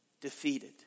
Defeated